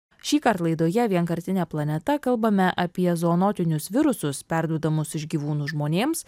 šįkart laidoje vienkartinė planeta kalbame apie zoonozinius virusus perduodamus iš gyvūnų žmonėms